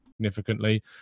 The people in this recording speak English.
Significantly